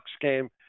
game